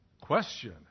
Question